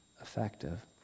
effective